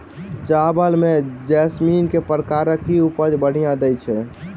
चावल म जैसमिन केँ प्रकार कऽ उपज बढ़िया दैय छै?